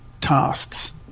tasks